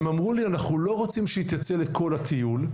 הם אמרו לי אנחנו לא רוצים שהיא תצא לכל הטיול,